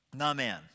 Amen